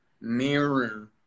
mirror